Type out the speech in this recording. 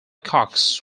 cox